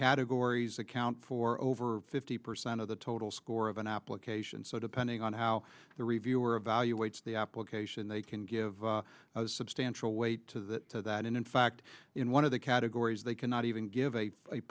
categories account for over fifty percent of the total score of an application so depending on how the reviewer evaluates the application they can give substantial weight to that and in fact in one of categories they cannot even give a